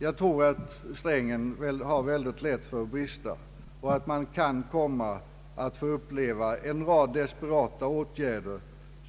Jag tror att strängen har väldigt lätt för att brista och att man kan komma att få uppleva en rad desperata åtgärder